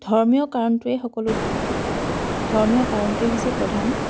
ধৰ্মীয় কাৰণটোৱেই সকলো ধৰ্মীয় কাৰণটোৱেই হৈছে প্ৰধান